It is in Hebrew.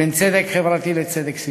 בין צדק חברתי לצדק סביבתי.